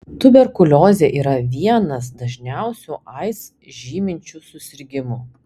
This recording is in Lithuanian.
tuberkuliozė yra vienas dažniausių aids žyminčių susirgimų